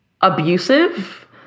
abusive